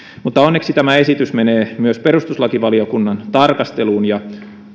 mutta onneksi tämä esitys menee myös perustuslakivaliokunnan tarkasteluun ja